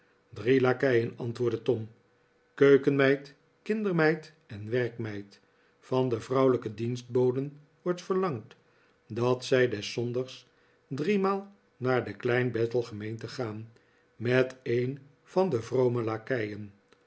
drie lakeien antwoordde tom keukenmeid kindermeid en werkmeid van de vrouwelijke dienstboden wordt verlangd dat zij des zondags driemaal naar de kleinbethel gemeente gaan met een van de